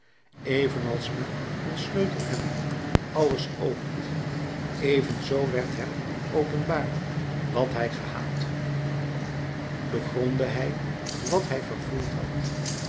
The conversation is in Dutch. evenals men een sleutel hebbende alles opent even zoo werd hem openbaar wat hij gehaat doorgrondde hij wat hij verfoeid had